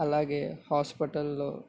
అలాగే హాస్పిటల్లో